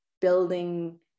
building